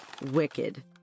WICKED